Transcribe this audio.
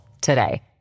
today